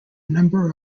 number